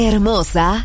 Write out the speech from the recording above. Hermosa